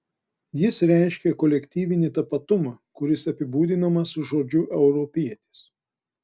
jis reiškia kolektyvinį tapatumą kuris apibūdinamas žodžiu europietis